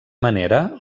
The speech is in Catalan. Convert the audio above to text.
manera